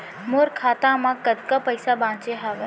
मोर खाता मा कतका पइसा बांचे हवय?